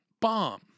Bomb